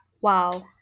Wow